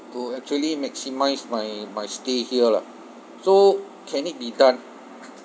to actually maximise my my stay here lah so can it be done